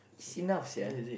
it's enough ya